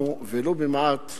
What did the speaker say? גם פה תוגבל המכסה